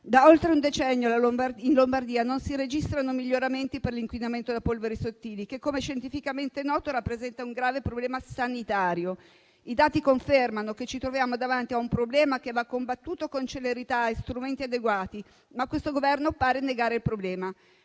Da oltre un decennio in Lombardia non si registrano miglioramenti per l'inquinamento da polveri sottili che, com'è scientificamente noto, rappresentano un grave problema sanitario. I dati confermano che ci troviamo davanti a un problema che va combattuto con celerità e strumenti adeguati, ma questo Governo pare negarlo.